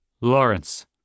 Lawrence